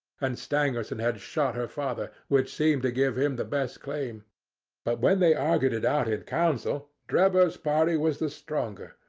and stangerson had shot her father, which seemed to give him the best claim but when they argued it out in council, drebber's party was the stronger,